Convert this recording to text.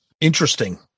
Interesting